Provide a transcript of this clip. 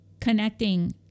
connecting